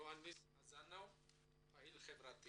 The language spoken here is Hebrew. יוהאניס אזנאו פעיל חברתי